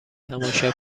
تماشا